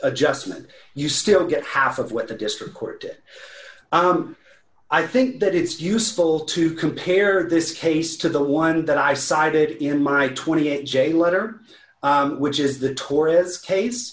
adjustment you still get half of what the district court i think that it's useful to compare this case to the one that i cited in my twenty eight j letter which is the tourists case